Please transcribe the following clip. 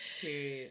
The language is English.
Period